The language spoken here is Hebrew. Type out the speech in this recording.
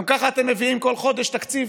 גם ככה אתם מביאים כל חודש תקציב.